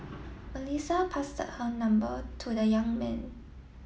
Melissa passed her number to the young man